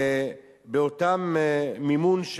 באותו מימון.